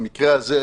במקרה הזה,